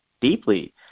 deeply